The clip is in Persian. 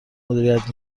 مدیریت